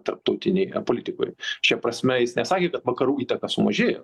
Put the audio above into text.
tarptautinėje politikoj šia prasme jis nesakė kad vakarų įtaka sumažėjo